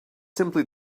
simply